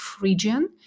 region